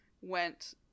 went